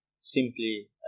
simply